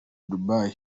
dubai